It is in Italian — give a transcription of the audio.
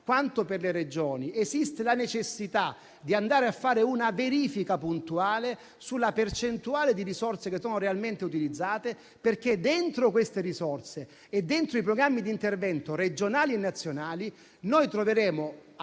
quanto per le Regioni, esiste la necessità di andare a fare una verifica puntuale sulla percentuale di risorse che sono realmente utilizzate, perché dentro queste risorse e dentro i programmi di intervento, regionali e nazionali, troveremo